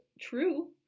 true